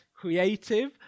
creative